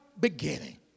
beginning